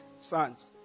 sons